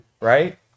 Right